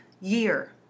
year